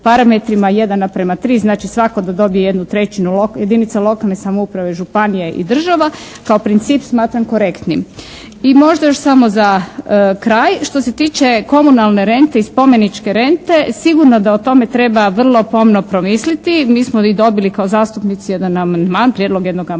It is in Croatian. parametrima 1:3, znači svatko da dobije jednu trećinu, jedinica lokalne samouprave, županije i država kao princip smatram korektnim. I možda još samo za kraj. Što se tiče komunalne rente i spomeničke rente sigurno da o tome treba vrlo pomno promisliti. Mi smo dobili kao zastupnici jedan amandman, prijedlog jednog amandmana